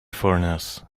furnace